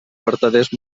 vertaders